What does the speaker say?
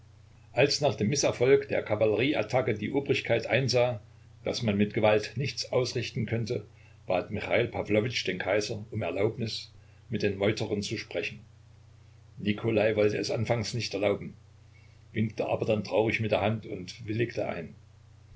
als nach dem mißerfolg der kavallerieattacke die obrigkeit einsah daß man mit gewalt nichts ausrichten könne bat michail pawlowitsch den kaiser um erlaubnis mit den meuterern zu sprechen nikolai wollte es anfangs nicht erlauben winkte aber dann traurig mit der hand und willigte ein